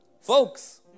Folks